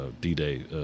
d-day